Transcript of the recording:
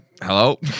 hello